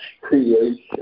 creation